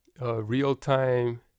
real-time